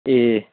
ए